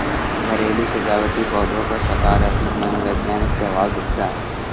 घरेलू सजावटी पौधों का सकारात्मक मनोवैज्ञानिक प्रभाव दिखता है